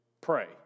pray